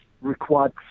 required